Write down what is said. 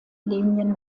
linien